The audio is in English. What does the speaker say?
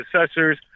successors